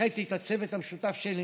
שהנחיתי את הצוות המשותף שלי